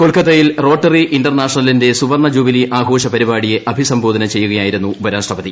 കൊൽക്കത്തയിൽ റോട്ടറി ഇന്റർനാഷണലിന്റെ സുവർണ ജൂബിലി ആഘോഷ പരിപാടിയെ അഭിസംബോധന ചെയ്യുകയായിരുന്നു ഉപരാഷ്ട്രപതി